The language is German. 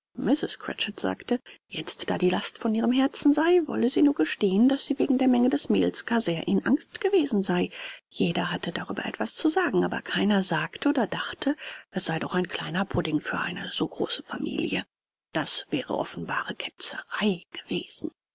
cratchit sagte jetzt da die last von ihrem herzen sei wolle sie nur gestehen daß sie wegen der menge des mehls gar sehr in angst gewesen sei jeder hatte darüber etwas zu sagen aber keiner sagte oder dachte es sei doch ein kleiner pudding für eine so große familie das wäre offenbare ketzerei gewesen